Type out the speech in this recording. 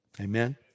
Amen